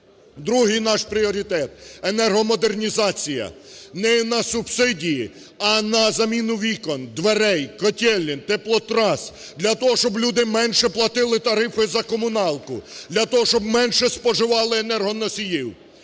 Другий наш пріоритет – енергомодернізація не на субсидії, а на заміну вікон, дверей, котелень, теплотрас для того, щоб люди менше платити тарифи за комуналку, для того, щоб менше споживали енергоносіїв.